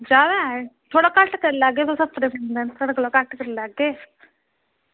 जाना ऐ थोह्ड़ा घट्ट करी लैगे थुआढ़े कोला घट्ट करी लैगे